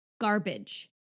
garbage